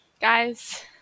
guys